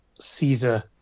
Caesar